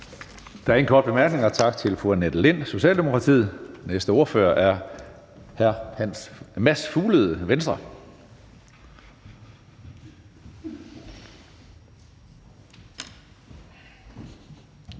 Der er ingen korte bemærkninger. Tak til fru Annette Lind, Socialdemokratiet. Den næste ordfører er hr. Mads Fuglede, Venstre.